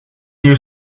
you